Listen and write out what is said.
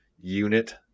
unit